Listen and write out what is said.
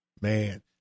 Man